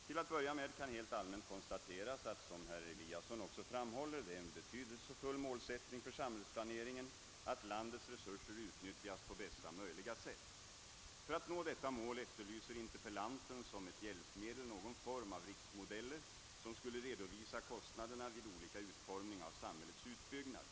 Till att börja med kan helt allmänt konstateras att, som herr Eliasson också framhåller, det är en betydelsefull målsättning för samhällsplaneringen att landets resurser utnyttjas på bästa möjliga sätt. För att nå detta mål efterlyser interpellanten som ett hjälpmedel någon form av riksmodeller som skulle redovisa kostnaderna vid olika utformning av samhällets utbyggnad.